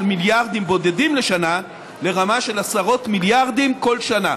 מיליארדים בודדים לשנה לרמה של עשרות מיליארדים כל שנה.